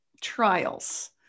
trials